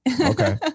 Okay